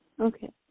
Okay